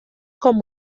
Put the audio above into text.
com